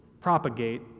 propagate